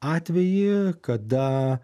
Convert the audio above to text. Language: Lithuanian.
atvejį kada